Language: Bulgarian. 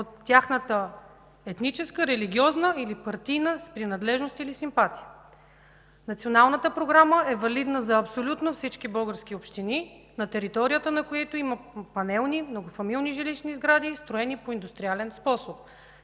от тяхната етническа, религиозна или партийна принадлежност или симпатия. Националната програма е валидна за абсолютно всички български общини, на територията на които има панелни, многофамилни жилищни сгради, строени по индустриален способ.